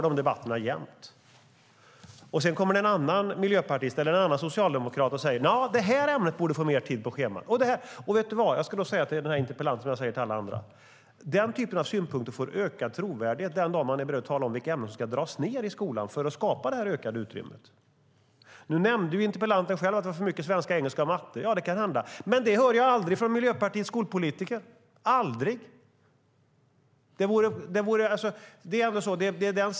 Sedan kommer en annan miljöpartist eller socialdemokrat och säger att ett annat ämne borde få mer tid på schemat och så vidare. Låt mig säga till interpellanten det jag säger till alla andra: Denna typ av synpunkter får större trovärdighet den dag man är beredd att tala om vilka ämnen som ska dras ned i skolan för att skapa det ökade utrymmet. Interpellanten nämnde att det är för mycket svenska, engelska och matte. Det kan hända, men det hör jag aldrig från Miljöpartiets skolpolitiker.